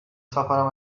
سفرم